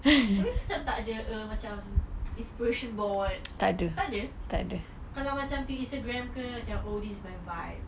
tapi kita tak ada err macam it's persian board tak ada kalau macam pergi instagram ke macam oh this is my vibes